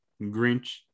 Grinch